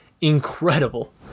incredible